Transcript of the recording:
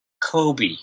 Kobe